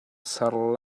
ser